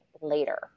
later